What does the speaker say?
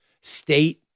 State